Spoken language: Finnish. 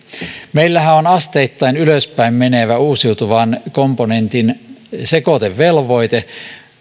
meillähän on asteittain ylöspäin menevä uusiutuvan komponentin sekoitevelvoite